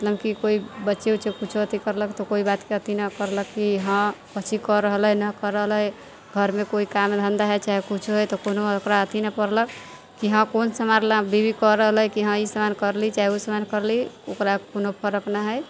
मतलम की कोइ बच्चे उच्चे कुछो अथी करलक तऽ कोइ बातके अथी नहि करलक की हँ कथी कऽ रहल अइ नहि कऽ रहल अइ घरमे कोइ काम धन्धा है चाहे कुछो है तऽ कोनो ओकरा अथी नहि पड़लक की हँ कोन समहार लए बीबी कहि रहल है की ई सामान कर ली चाहे उ सामान कर ली ओकरा कोनो फरक नहि है